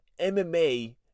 MMA